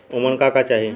उमन का का चाही?